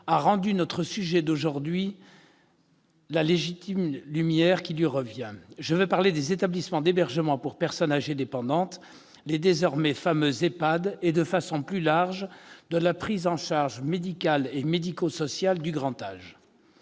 a rendu la lumière légitime qui lui revient. Je veux parler des établissements d'hébergement pour personnes âgées dépendantes- les désormais fameux EHPAD -et, de façon plus large, de la prise en charge médicale et médico-sociale du grand âge.